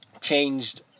changed